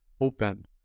open